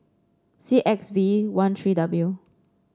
C X V one three W